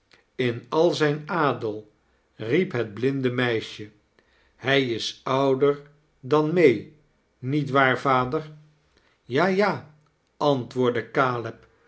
in al zijn adel riep het blinde meisje hij is ouder dan may nietwaar vader ja a antwoordde